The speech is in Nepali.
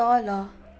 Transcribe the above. तल